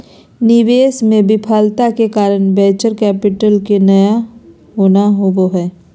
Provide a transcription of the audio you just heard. निवेश मे विफलता के कारण वेंचर कैपिटल के नय होना होबा हय